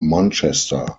manchester